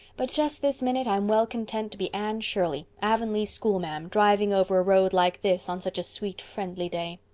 but just this minute i'm well content to be anne shirley, avonlea schoolma'am, driving over a road like this on such a sweet, friendly day.